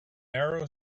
narrow